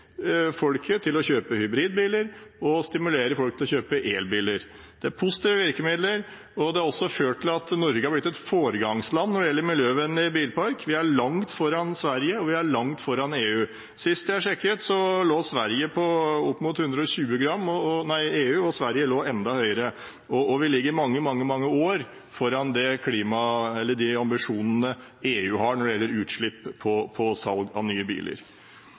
til å kjøpe hybridbiler og stimulere folk til å kjøpe elbiler. Det er positive virkemidler, som også har ført til at Norge har blitt et foregangsland når det gjelder en miljøvennlig bilpark. Vi er langt foran Sverige, og vi er langt foran EU. Sist jeg sjekket, lå EU på opp mot 120 g, og Sverige lå enda høyere. Vi ligger mange, mange år foran de ambisjonene EU har når det gjelder utslipp